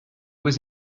was